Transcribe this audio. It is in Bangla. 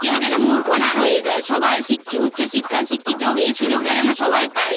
কেউ যেন মূর্খ না রয়ে যায় সবাই উচ্চশিক্ষায় শিক্ষিত হোক এই সুযোগটা যেন সবাই পায়